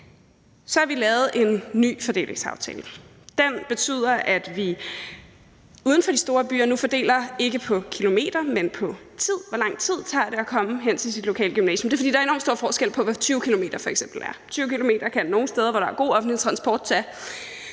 Så har vi lavet en ny fordelingsaftale. Den betyder, at vi uden for de store byer nu ikke fordeler på baggrund af kilometer, men på baggrund af transporttid, altså hvor lang tid det tager at komme hen til sit lokale gymnasium. Det er, fordi der er enorm stor forskel på, hvad f.eks. 20 km er i transporttid. 20 km kan nogle steder, hvor der er god offentlig transport, tage